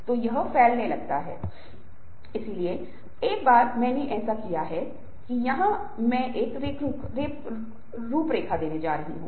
और जो भी कारण है वह ग्रीक देवता को नाराज करता हैं और वह क्रोधित देवी उसे यह शाप देती है कि उसे खुद से इतना प्यार हो जाएगा कि वह खुद को खुद से दूर नहीं कर पाएगी